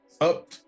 up